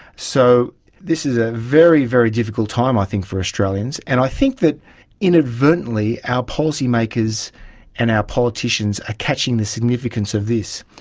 so this is a very, very difficult time i think for australians. and i think that inadvertently our policymakers and our politicians are catching the significance of this.